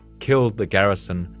killed the garrison,